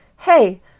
hey